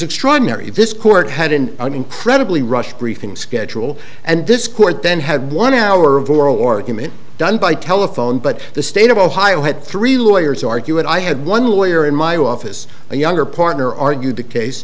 extraordinary if this court had in an incredibly rushed briefing schedule and this court then had one hour of oral argument done by telephone but the state of ohio had three lawyers argue and i had one lawyer in my office a younger partner argued the case